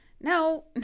no